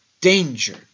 Danger